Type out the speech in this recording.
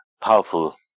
powerful